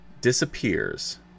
disappears